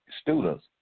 students